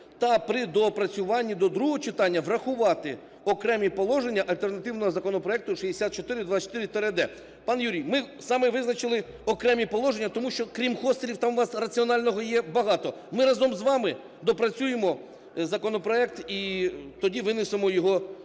та при доопрацюванні до другого читання врахувати окремі положення альтернативного законопроекту 6424-д. Пан Юрій, ми саме визначили окремі положення, тому що, крім хостелів, там у вас раціонального є багато. Ми разом з вами доопрацюємо законопроект і тоді винесемо його